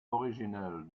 originel